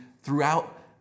throughout